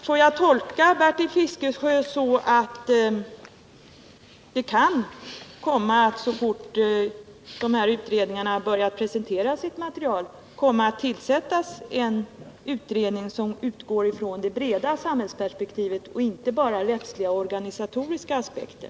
Får jag tolka Bertil Fiskesjös uttalande så, att så fort var och en av de här utredningarna börjat presentera sitt material kan en ny utredning komma att tillsättas, som utgår från det breda samhällsperspektivet och inte bara tar hänsyn till rättsliga och organisatoriska aspekter?